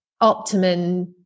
optimum